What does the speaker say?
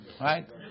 Right